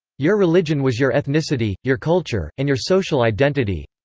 your religion was your ethnicity, your culture, and your social identity.